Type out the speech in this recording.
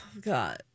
God